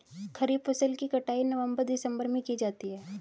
खरीफ फसल की कटाई नवंबर दिसंबर में की जाती है